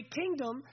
kingdom